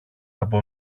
από